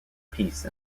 peace